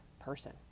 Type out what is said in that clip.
person